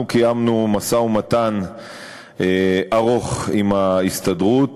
אנחנו קיימנו משא-ומתן ארוך עם ההסתדרות,